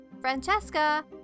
Francesca